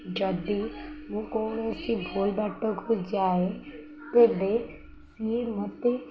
ଯଦି ମୁଁ କୌଣସି ଭୁଲ୍ ବାଟକୁ ଯାଏ ତେବେ ସିଏ ମତେ